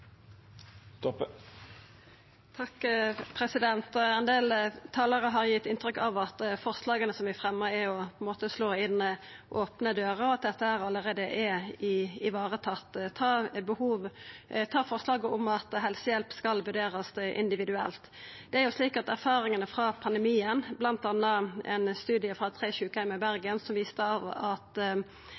Ein del talarar har gitt inntrykk av at forslaga som vert fremja, er å slå inn opne dører, og at dette allereie er varetatt. Vi kan ta forslaget om at helsehjelp skal vurderast individuelt, og erfaringane frå pandemien. Blant anna viste ein studie frå tre sjukeheimar i Bergen at berre 5 av 40 pasientar fekk tilstrekkeleg lindring, og at